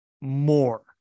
more